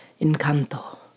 Encanto